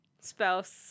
spouse